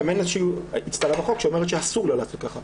גם אין איזושהי אצטלה בחוק שאומרת שאסור לה לעשות ככה,